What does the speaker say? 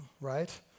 right